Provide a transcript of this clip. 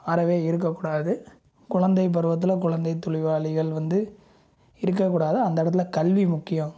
அறவே இருக்கக்கூடாது குழந்தை பருவத்தில் குழந்தை தொழிலாளிகள் வந்து இருக்கக்கூடாது அந்த இடத்துல கல்வி முக்கியம்